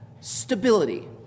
stability